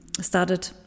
started